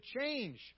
change